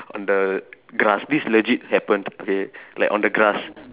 on the grass this legit happened okay like on the grass